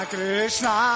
Krishna